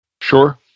Sure